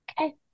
Okay